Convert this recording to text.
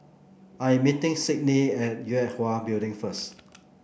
I am meeting Sydney at Yue Hwa Building first